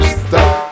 stop